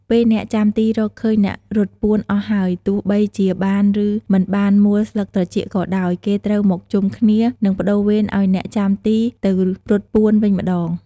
ពេលអ្នកចាំទីរកឃើញអ្នករត់ពួនអស់ហើយ ទោះបីជាបាន ឬ មិនបានមូលស្លឹកត្រចៀកក៏ដោយ គេត្រូវមកជុំគ្នា និង ប្តូរវេនឱ្យអ្នកចាំទីទៅរត់ពួនវិញម្ដង។